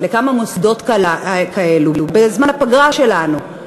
לכמה מוסדות כאלו בזמן הפגרה שלנו,